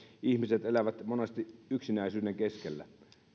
ihmiset elävät monesti yksinäisyyden keskellä